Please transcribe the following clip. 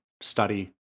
study